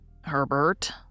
Herbert